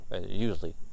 Usually